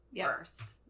first